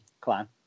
clan